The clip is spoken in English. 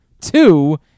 Two